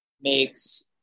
makes